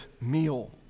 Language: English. meal